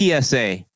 PSA